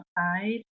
outside